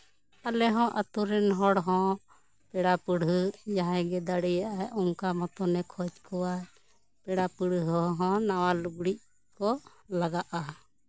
ᱟᱞᱮ ᱦᱚᱸ ᱟᱛᱳ ᱨᱮᱱ ᱦᱚᱲᱦᱚᱸ ᱯᱮᱲᱟ ᱯᱟᱲᱦᱟᱹᱜ ᱡᱟᱦᱟᱸᱭ ᱜᱮ ᱫᱟᱲᱮ ᱟᱜ ᱟᱭ ᱚᱱᱠᱟ ᱢᱚᱛᱚᱱ ᱮ ᱠᱷᱚᱡᱽ ᱠᱚᱣᱟ ᱯᱮᱲᱟ ᱯᱟᱲᱦᱟᱹᱜ ᱦᱚᱸ ᱱᱟᱣᱟ ᱞᱩᱜᱽᱲᱤᱡ ᱠᱚ ᱞᱟᱜᱟᱜᱼᱟ